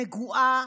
נגועה,